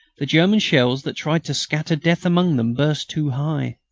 the german shells, that tried to scatter death among them, burst too high.